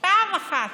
פעם אחת,